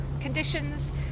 conditions